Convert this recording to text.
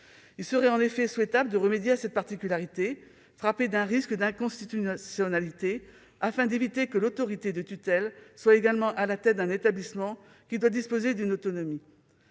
Il serait en effet souhaitable de remédier à cette particularité frappée d'un risque d'inconstitutionnalité, afin d'éviter que l'autorité de tutelle ne soit également à la tête d'un établissement qui doit disposer d'une autonomie.